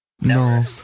No